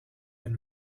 been